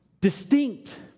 distinct